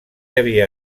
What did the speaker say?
havia